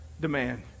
demand